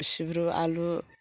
सिब्रु आलु